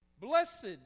Blessed